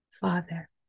Father